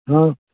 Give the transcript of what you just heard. ہاں